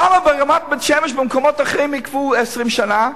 למה ברמת-בית-שמש, במקומות אחרים, יקבעו 20 שנה?